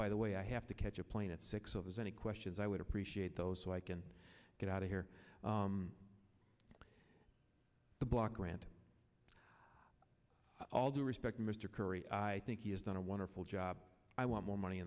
by the way i have to catch a plane at six of his many questions i would appreciate those so i can get out of here the block grant all due respect mr curry i think he has done a wonderful job i want more money